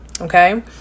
okay